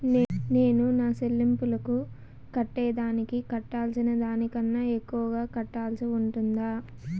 నేను నా సెల్లింపులకు కట్టేదానికి కట్టాల్సిన దానికన్నా ఎక్కువగా కట్టాల్సి ఉంటుందా?